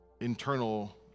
internal